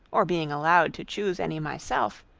or being allowed to chuse any myself,